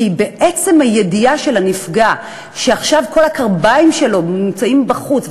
כי בעצם הידיעה של הנפגע שעכשיו כל הקרביים שלו נמצאים בחוץ,